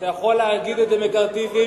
אתה יכול להגיד שזה מקארתיזם.